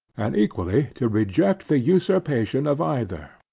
and equally to reject the usurpations of either.